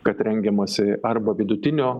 kad rengiamasi arba vidutinio